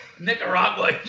Nicaragua